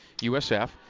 USF